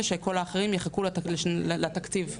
ושכל האחרים יחכו לתקציב הבא.